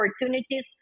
opportunities